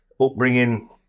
upbringing